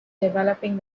developing